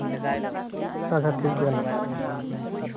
ᱟᱪᱪᱷᱟ ᱴᱷᱤᱠ ᱜᱮᱭᱟ ᱱᱟᱦᱟᱸᱜ